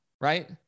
right